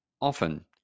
Often